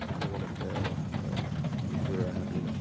i don't want to fail at the career i have, you know.